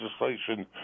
legislation